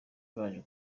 baje